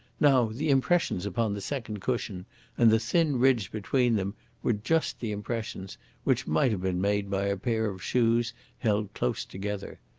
now, the impressions upon the second cushion and the thin ridge between them were just the impressions which might have been made by a pair of shoes held close together.